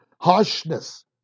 harshness